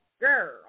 Girl